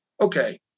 Okay